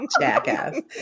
Jackass